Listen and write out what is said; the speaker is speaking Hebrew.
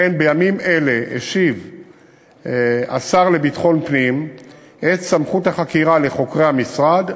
אכן בימים אלה השיב השר לביטחון פנים את סמכות החקירה לחוקרי המשרד,